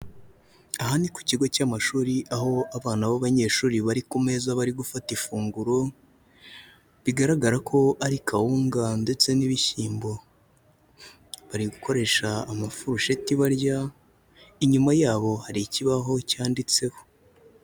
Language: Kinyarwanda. Aha ni ku kigo cy'amashuri aho abana b'abanyeshuri bari ku meza bari gufata ifunguro, bigaragara ko ari kawunga ndetse n'ibishyimbo, bari gukoresha amafurusheti barya, inyuma yabo hari ikibaho cyanditseho.